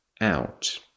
out